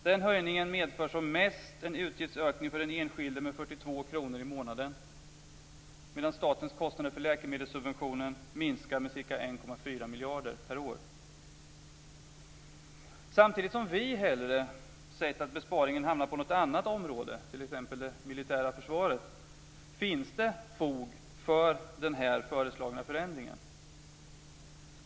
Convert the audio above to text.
Den höjningen medför som mest en utgiftsökning för den enskilde med 42 kr i månaden medan statens kostnader för läkemedelssubventionen minskar med ca 1,4 miljarder kronor per år. Samtidigt som vi hellre hade sett att besparingen hade hamnat på något annat område, t.ex. det militära försvaret, finns det fog för den föreslagna förändringen.